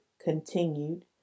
continued